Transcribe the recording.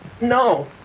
No